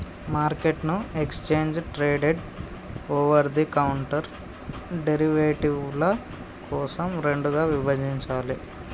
మార్కెట్ను exchange traded, over the counter డెరివేటివ్ల కోసం రెండుగా విభజించాలే